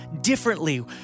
differently